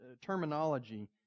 terminology